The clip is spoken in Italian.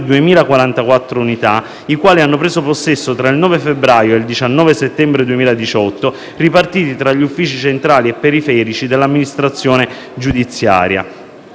2.044 unità le quali hanno preso servizio tra il 9 febbraio e il 19 settembre 2018, ripartite tra gli uffici centrali e periferici dell'amministrazione giudiziaria.